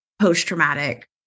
post-traumatic